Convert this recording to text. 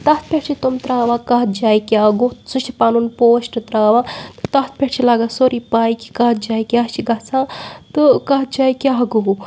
تَتھ پٮ۪ٹھ چھِ تِم ترٛاوان کَتھ جایہِ کیٛاہ گوٚو سُہ چھِ پَنُن پوسٹ ترٛاوان تہٕ تَتھ پٮ۪ٹھ چھِ لَگان سورٕے پاے کہِ کَتھ جایہِ کیٛاہ چھِ گژھان تہٕ کَتھ جایہِ کیٛاہ گوٚو